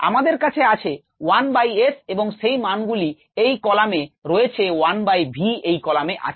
আমাদের কাছে আছে 1 বাই s এবং সেই মান গুলি এই কলামে রয়েছে 1 বাই v এই কলামে আছে